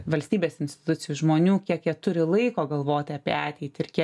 valstybės institucijų žmonių kiek jie turi laiko galvoti apie ateitį ir kie